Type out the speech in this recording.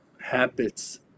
Habits